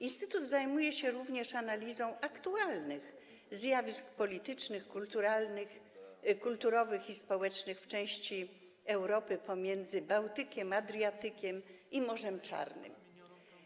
Instytut zajmuje się również analizą aktualnych zjawisk politycznych, kulturowych i społecznych w części Europy pomiędzy Bałtykiem, Adriatykiem i Morzem Czarnym.